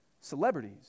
celebrities